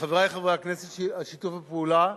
לחברי חברי הכנסת על שיתוף הפעולה,